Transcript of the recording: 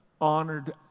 honored